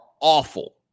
awful